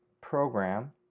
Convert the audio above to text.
program